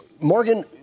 Morgan